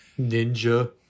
Ninja